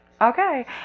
okay